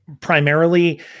primarily